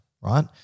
Right